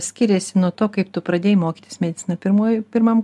skiriasi nuo to kaip tu pradėjai mokytis mediciną pirmojoj pirmam